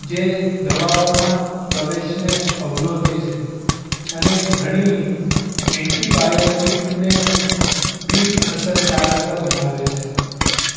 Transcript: જે દવાઓના પ્રવેશને અવરોધે છે અને ઘણી એન્ટિબાયોટિકને બિન અસરકારક બનાવે છે